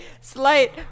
slight